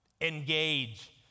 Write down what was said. Engage